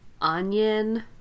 onion